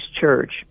church